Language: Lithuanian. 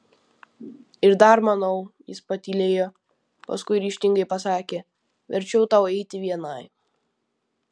ir dar manau jis patylėjo paskui ryžtingai pasakė verčiau tau eiti vienai